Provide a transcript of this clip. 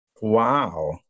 Wow